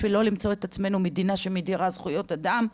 בשביל לא למצוא את עצמנו מדינה שמדירה זכויות אדם,